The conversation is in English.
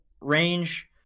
range